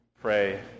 pray